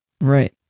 Right